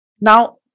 Now